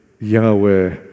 Yahweh